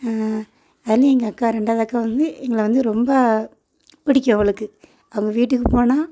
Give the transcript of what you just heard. அதுலேயும் எங்கள் அக்கா ரெண்டாவது அக்கா வந்து எங்களை வந்து ரொம்ப பிடிக்கும் அவளுக்கு அவங்க வீட்டுக்கு போனால்